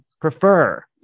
prefer